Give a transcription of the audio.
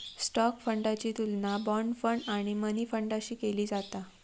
stock फंडाची तुलना bond fund आणि मनी फंडाशी केली जाता